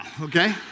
okay